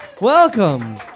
welcome